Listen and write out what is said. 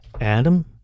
Adam